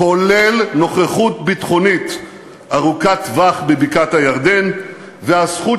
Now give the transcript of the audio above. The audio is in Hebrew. כולל נוכחות ביטחונית ארוכת טווח בבקעת-הירדן והזכות